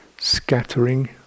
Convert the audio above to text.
scattering